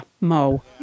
Mo